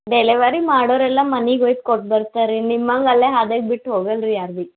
delivery ಮಾಡೋರೆಲ್ಲ ಮನೆಗ್ ಒಯ್ದು ಕೊಟ್ಟು ಬರ್ತಾರೆ ರೀ ನಿಮ್ಮಂಗೆ ಅಲ್ಲೇ ಅರ್ಧಕ್ ಬಿಟ್ಟು ಹೋಗೋಲ್ ಯಾರು ಬಿ